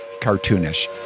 cartoonish